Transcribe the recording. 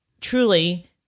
truly